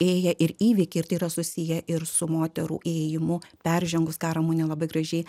ėję ir įvykiai ir tai yra susiję ir su moterų ėjimu peržengus ką ramunė labai gražiai